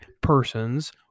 persons